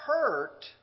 hurt